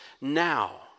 now